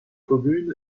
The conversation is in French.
commune